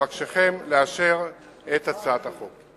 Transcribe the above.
אבקשכם לאשר את הצעת החוק.